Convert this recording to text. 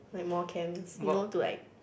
like more camps you know to like